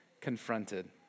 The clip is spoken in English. confronted